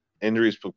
injuries